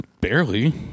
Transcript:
Barely